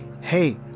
Hey